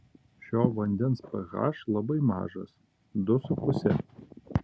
šio vandens ph labai mažas du su puse